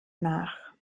nach